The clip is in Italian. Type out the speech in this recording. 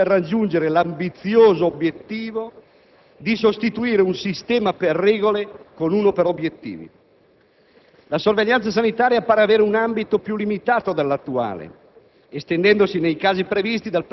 accorgimenti comportamentali, sottolineature operative, fondamentale per raggiungere l'ambizioso obiettivo di sostituire un sistema per regole con uno per obiettivi.